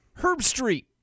Herbstreet